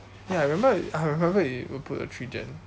ya I remember I remember it will put the three gen